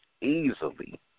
easily